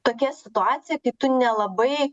tokia situacija kai tu nelabai